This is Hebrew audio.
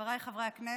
חבריי חברי הכנסת,